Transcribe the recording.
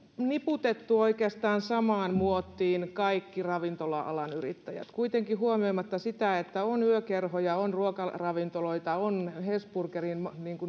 niputettu oikeastaan samaan muottiin kaikki ravintola alan yrittäjät kuitenkaan huomioimatta sitä että on yökerhoja on ruokaravintoloita on hesburgeria